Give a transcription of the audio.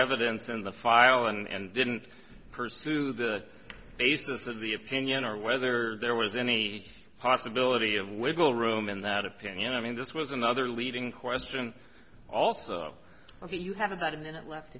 evidence in the file and didn't pursue the basis of the opinion or whether there was any possibility of wiggle room in that opinion i mean this was another leading question also ok you have about a minute left